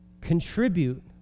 Contribute